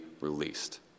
released